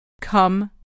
Come